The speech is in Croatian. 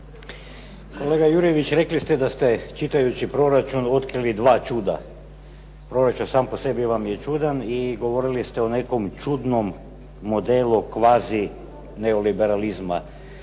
Kolega Jurjević, rekli ste da ste čitajući proračun otkrili dva čuda. Proračun sam po sebi vam je čudan i govorili ste o nekom čudno modelu kvazi neoliberalizma.